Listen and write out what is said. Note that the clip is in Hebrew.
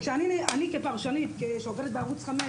אני כפרשנית שעובדת בערוץ 5,